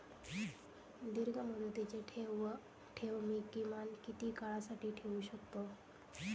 दीर्घमुदतीचे ठेव मी किमान किती काळासाठी ठेवू शकतो?